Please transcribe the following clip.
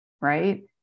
Right